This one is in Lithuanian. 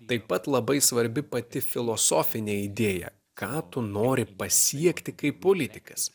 taip pat labai svarbi pati filosofinė idėja ką tu nori pasiekti kaip politikas